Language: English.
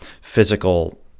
physical